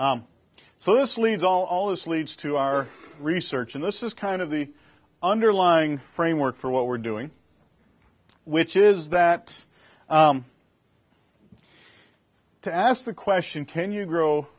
d so this leaves all this leads to our research and this is kind of the underlying framework for what we're doing which is that to ask the question can you grow